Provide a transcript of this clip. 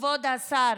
כבוד השר,